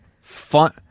Fun